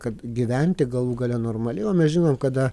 kad gyventi galų gale normaliai o mes žinom kada